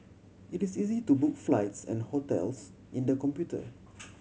it is easy to book flights and hotels in the computer